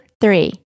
three